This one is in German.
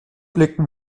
blicken